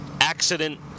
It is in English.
accident